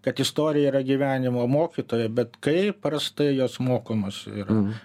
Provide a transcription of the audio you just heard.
kad istorija yra gyvenimo mokytoja bet kaip prastai jos mokomos ir